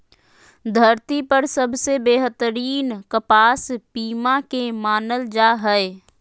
धरती पर सबसे बेहतरीन कपास पीमा के मानल जा हय